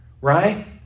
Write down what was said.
right